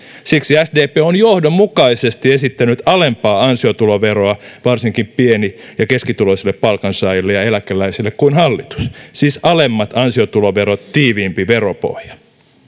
siksi sdp on johdonmukaisesti esittänyt alempaa ansiotuloveroa varsinkin pieni ja keskituloisille palkansaajille ja eläkeläisille kuin hallitus siis alemmat ansiotuloverot tiiviimpi veropohja